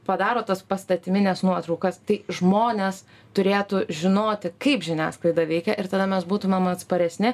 padaro tas pastatymines nuotraukas tai žmonės turėtų žinoti kaip žiniasklaida veikia ir tada mes būtumėm atsparesni